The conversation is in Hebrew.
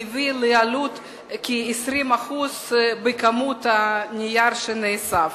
והביא לעלייה של כ-20% בכמות הנייר שנאסף.